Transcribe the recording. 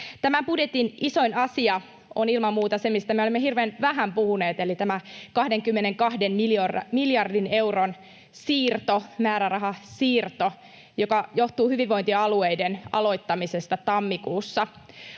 Tämän budjetin isoin asia on ilman muuta se, mistä me olemme hirveän vähän puhuneet, eli tämä 22 miljardin euron siirto, määrärahasiirto, joka johtuu hyvinvointialueiden aloittamisesta tammikuussa.